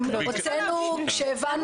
הפנים): יוצא כאילו אנחנו נוזפים בהם.